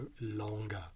longer